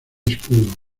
escudo